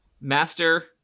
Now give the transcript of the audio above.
Master